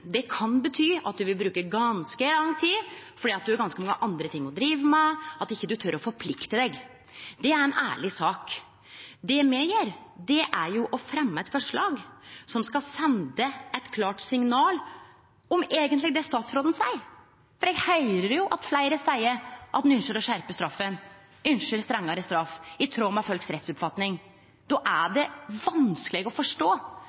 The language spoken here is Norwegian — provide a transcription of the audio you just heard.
Det kan bety at ein vil bruke ganske lang tid fordi ein har mange andre ting å drive med, eller at ein ikkje tør å forplikte seg. Det er ei ærleg sak. Det me gjer, er å fremje eit forslag som skal sende eit klart signal om det statsråden eigentleg seier. Eg høyrer jo at fleire seier at dei ynskjer å skjerpe straffa, at dei ynskjer strengare straff, i tråd med folks rettsoppfatning. Då er det vanskeleg å forstå